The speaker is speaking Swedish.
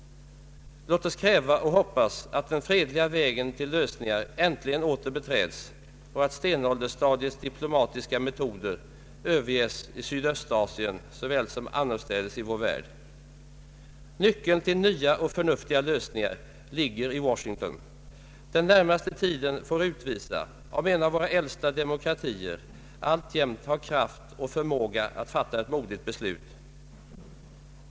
Låt oss kräva och hoppas att den fredliga vägen till lösningar äntligen åter beträds och att stenåldersstadiets diplomatiska metoder överges i Sydöstasien som annorstädes i vår värld. Nyckeln till nya och förnuftiga lösningar ligger i Washington. Den närmaste tiden får utvisa om en av våra äldsta demokratier alltjämt har kraft och förmåga att fatta ett modigt beslut.